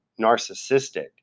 narcissistic